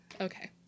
Okay